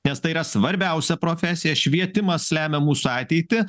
nes tai yra svarbiausia profesija švietimas lemia mūsų ateitį